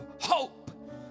hope